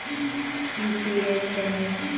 ECS क्या है?